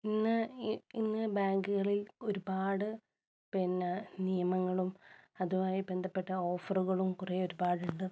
ഇന്ന് ഇന്ന് ബാങ്കുകളിൽ ഒരുപാട് പിന്നെ നിയമങ്ങളും അതുമായി ബന്ധപ്പെട്ട ഓഫറുകളും കുറേ ഒരുപാടുണ്ട്